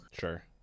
Sure